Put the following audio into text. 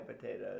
potatoes